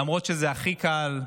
למרות שזה הכי קל,